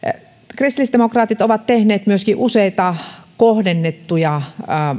kristillisdemokraatit ovat tehneet myöskin useita kohdennettuja